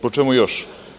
Po čemu još?